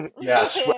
Yes